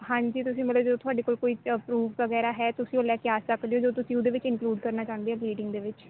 ਹਾਂਜੀ ਤੁਸੀਂ ਮਤਲਬ ਜੇ ਤੁਹਾਡੇ ਕੋਲ ਕੋਈ ਪਰੂਫ ਵਗੈਰਾ ਹੈ ਤੁਸੀਂ ਉਹ ਲੈ ਕੇ ਆ ਸਕਦੇ ਓ ਜੋ ਤੁਸੀਂ ਉਹਦੇ ਵਿੱਚ ਇੰਨਕਲੂਡ ਕਰਨਾ ਚਾਹੁੰਦੇ ਓ ਦੇ ਵਿੱਚ